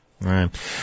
Right